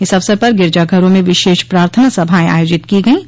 इस अवसर पर गिरिजाघरों में विशेष प्रार्थना सभाएं आयोजित की गईं